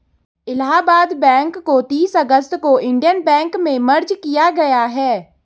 Allahabad bank को तीस अगस्त को इन्डियन बैंक में मर्ज किया गया है